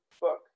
book